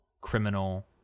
criminal